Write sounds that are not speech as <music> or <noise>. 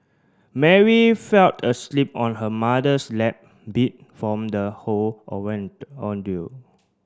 Mary felled asleep on her mother's lap beat from the whole <unintelligible> ordeal